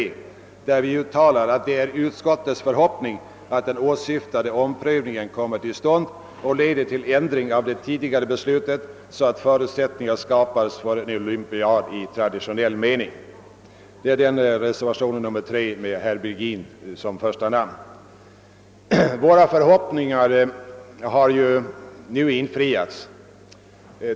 I reservationen lyder den: »Det är utskottets förhoppning att den åsyftade omprövningen kommer till stånd och leder till ändring av det tidigare beslutet så att förutsättningar skapas för en olympiad i traditionell mening.» Våra förhoppningar har nu infriats.